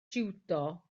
jiwdo